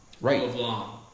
Right